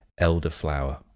elderflower